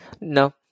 No